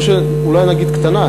או שאולי נגיד קטנה,